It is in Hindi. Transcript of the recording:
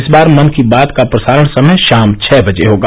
इस बार मन की बात का प्रसारण समय शाम छह बजे होगा